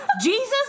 Jesus